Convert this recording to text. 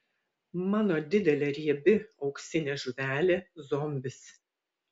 mano didelė riebi auksinė žuvelė zombis